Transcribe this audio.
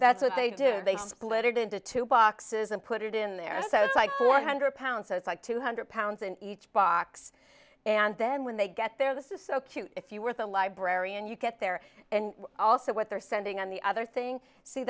that's what they did they split it into two boxes and put it in there so it's like four hundred pounds so it's like two hundred pounds in each box and then when they get there this is so cute if you were at the library and you get there and also what they're sending on the other thing see